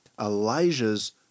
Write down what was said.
Elijah's